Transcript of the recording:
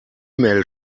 mail